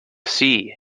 sea